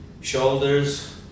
shoulders